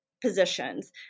positions